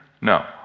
No